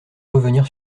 revenir